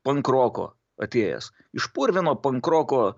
pankroko atėjęs iš purvino pankroko